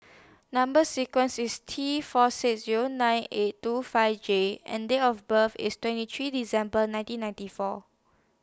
Number sequence IS T four six Zero nine eight two five J and Date of birth IS twenty three December nineteen ninety four